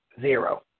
Zero